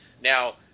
Now